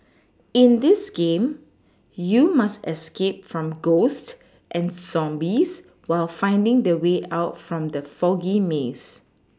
in this game you must escape from ghosts and zombies while finding the way out from the foggy maze